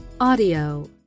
audio